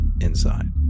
inside